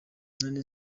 none